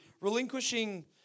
relinquishing